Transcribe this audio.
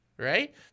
Right